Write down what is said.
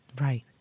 Right